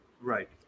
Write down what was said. Right